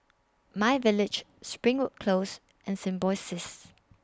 MyVillage Springwood Close and Symbiosis